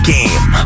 Game